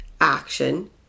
action